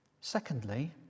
Secondly